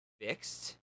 fixed